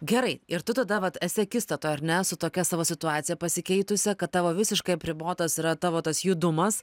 gerai ir tu tada vat esi akistatoj ar ne su tokia savo situacija pasikeitusia kad tavo visiškai apribotas yra tavo tas judumas